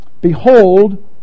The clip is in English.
behold